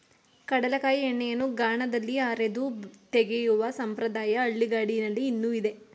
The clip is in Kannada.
ಕಡಲೆಕಾಯಿ ಎಣ್ಣೆಯನ್ನು ಗಾಣದಲ್ಲಿ ಅರೆದು ತೆಗೆಯುವ ಸಂಪ್ರದಾಯ ಹಳ್ಳಿಗಾಡಿನಲ್ಲಿ ಇನ್ನೂ ಇದೆ